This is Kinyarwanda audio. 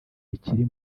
bikiri